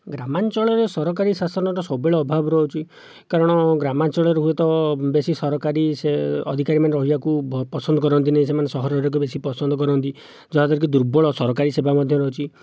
ଗ୍ରାମାଞ୍ଚଳରେ ସରକାରୀ ଶାସନର ସବୁବେଳେ ଅଭାବ ରହୁଛି କାରଣ ଗ୍ରାମାଞ୍ଚଳରେ ହୁଏତ ବେଶି ସରକାରୀ ସେ ଅଧିକାରୀମାନେ ରହିବାକୁ ବେଶି ପସନ୍ଦ କରନ୍ତି ନାହିଁ ସେମାନେ ସହରରେ ରହିବାକୁ ବେଶି ପସନ୍ଦ କରନ୍ତି ଯାହାଦ୍ୱାରାକି ଦୁର୍ବଳ ସରକାରୀ ସେବା ମଧ୍ୟ ରହିଛି